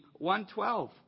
1.12